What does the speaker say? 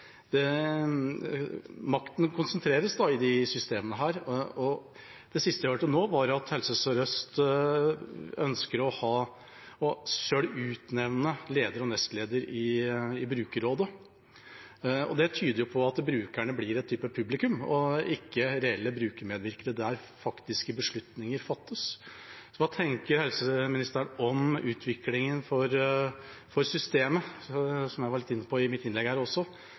færre. Makten konsentreres i disse systemene, og det siste jeg hørte nå, var at Helse Sør-Øst ønsker å utnevne leder og nestleder i brukerrådet selv. Det tyder på at brukerne blir en type publikum og ikke reelle brukermedvirkere der faktiske beslutninger fattes. Hva tenker helseministeren om utviklingen for systemet, som jeg var litt inne på i mitt innlegg her også?